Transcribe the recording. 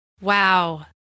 Wow